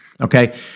Okay